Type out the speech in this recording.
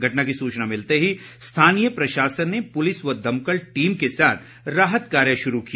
घटना की सूचना मिलते ही स्थानीय प्रशासन ने पुलिस व दमकल टीम के साथ राहत कार्य शुरू किया